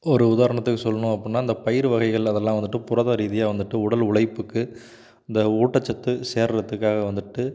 ஒரு உதாரணத்துக்கு சொல்லணும் அப்புடினா அந்த பயிறு வகைகள் அதெலாம் வந்துவிட்டு புரத ரீதியாக வந்துவிட்டு உடல் உழைப்புக்கு இந்த ஊட்டச்சத்து சேர்றதுக்காக வந்துவிட்டு